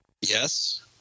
Yes